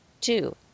Two